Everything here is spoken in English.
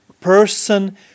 person